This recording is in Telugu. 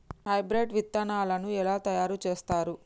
హైబ్రిడ్ విత్తనాలను ఎలా తయారు చేస్తారు?